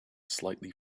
slightly